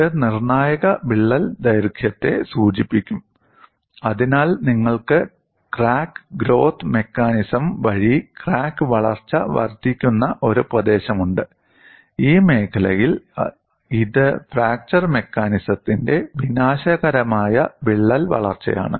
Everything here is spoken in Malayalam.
ഇത് നിർണ്ണായക വിള്ളൽ ദൈർഘ്യത്തെ സൂചിപ്പിക്കും അതിനാൽ നിങ്ങൾക്ക് ക്രാക്ക് ഗ്രോത്ത് മെക്കാനിസം വഴി ക്രാക്ക് വളർച്ച വർദ്ധിക്കുന്ന ഒരു പ്രദേശമുണ്ട് ഈ മേഖലയിൽ ഇത് ഫ്രാക്ചർ മെക്കാനിസത്തിന്റെ വിനാശകരമായ വിള്ളൽ വളർച്ചയാണ്